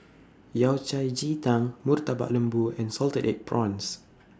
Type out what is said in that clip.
Yao Cai Ji Tang Murtabak Lembu and Salted Egg Prawns